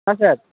হ্যাঁ স্যার